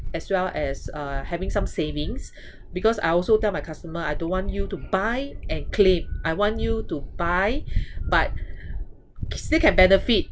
as well as uh having some savings because I also tell my customer I don't want you to buy and claim I want you to buy but still can benefit